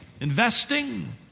investing